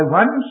one